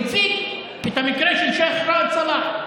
הוא הציג את המקרה של שייח' ראאד סאלח,